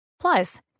Plus